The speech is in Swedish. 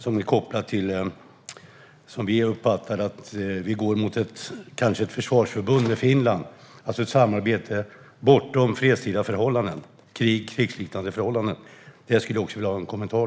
Den är kopplad till att Sverige går mot att kanske ingå ett försvarsförbund med Finland, ett samarbete bortom fredstida förhållanden, det vill säga krig och krigsliknande förhållanden. Kan försvarsministern ge en kommentar?